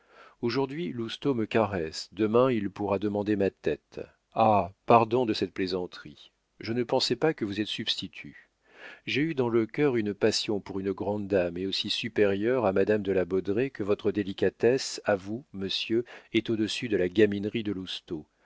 aujourd'hui lousteau me caresse demain il pourra demander ma tête ah pardon de cette plaisanterie je ne pensais pas que vous êtes substitut j'ai eu dans le cœur une passion pour une grande dame et aussi supérieure à madame de la baudraye que votre délicatesse à vous monsieur est au-dessus de la gaminerie de